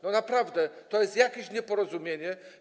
No naprawdę, to jest jakieś nieporozumienie.